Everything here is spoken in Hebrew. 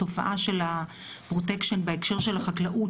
התופעה של הפרוטקשן בהקשר של החקלאות,